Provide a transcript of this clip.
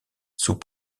sous